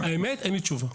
האמת, אין לי תשובה.